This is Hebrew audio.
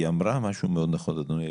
היא אמרה משהו מאוד נכון, אדוני היושב-ראש,